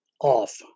off